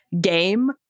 game